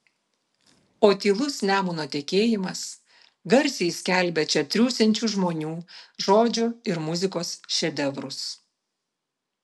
o tylus nemuno tekėjimas garsiai skelbia čia triūsiančių žmonių žodžio ir muzikos šedevrus